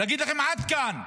להגיד לכם: עד כאן,